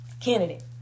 candidate